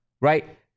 right